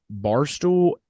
Barstool